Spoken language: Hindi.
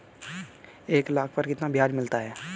एक लाख पर कितना ब्याज मिलता है?